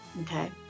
Okay